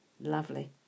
Lovely